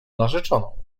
narzeczoną